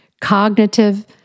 cognitive